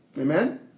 Amen